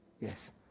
Yes